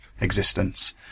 existence